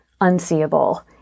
unseeable